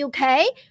UK